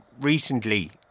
recently